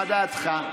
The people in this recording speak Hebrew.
מה דעתך?